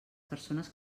persones